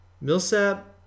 Millsap